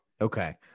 Okay